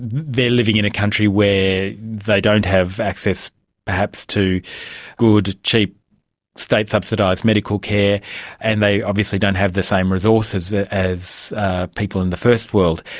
they're living in a country where they don't have access perhaps to good, cheap state-subsidised medical care and they obviously don't have the same resources as people in the first world.